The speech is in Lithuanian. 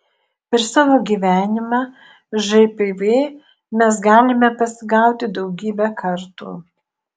per savo gyvenimą žpv mes galime pasigauti daugybę kartų